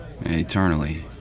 Eternally